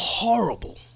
horrible